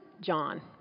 John